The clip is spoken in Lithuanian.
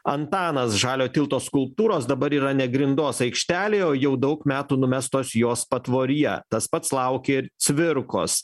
antanas žalio tilto skulptūros dabar yra ne grindos aikštelėje o jau daug metų numestos jos patvoryje tas pats laukia ir cvirkos